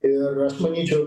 ir aš manyčiau